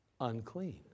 unclean